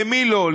למי לא?